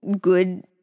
good